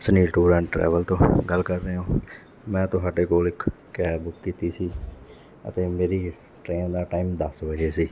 Sunil tour and travel ਤੋਂ ਗੱਲ ਕਰ ਰਹੇ ਹੋ ਮੈਂ ਤੁਹਾਡੇ ਕੋਲ ਇੱਕ ਕੈਬ ਬੁਕ ਕੀਤੀ ਸੀ ਅਤੇ ਮੇਰੀ ਟਰੇਨ ਦਾ ਟਾਈਮ ਦਸ ਵਜੇ ਸੀ